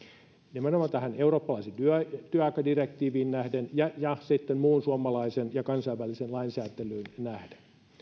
nimenomaan tähän eurooppalaiseen työaikadirektiiviin nähden ja ja sitten muuhun suomalaiseen ja kansainväliseen lainsääntelyyn nähden